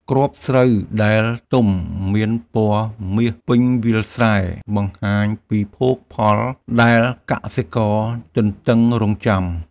គ្រាប់ស្រូវដែលទុំមានពណ៌មាសពេញវាលស្រែ បង្ហាញពីភោគផលដែលកសិករទន្ទឹងរង់ចាំ។